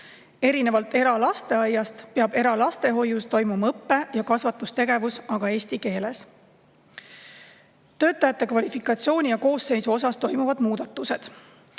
Erinevalt eralasteaiast peab eralastehoius toimuma õppe‑ ja kasvatustegevus aga eesti keeles. Töötajate kvalifikatsiooni ja koosseisu osas toimuvad muudatused.